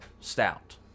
stout